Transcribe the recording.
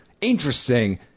interesting